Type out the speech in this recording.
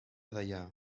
deià